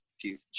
future